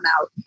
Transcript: out